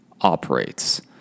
operates